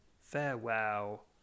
farewell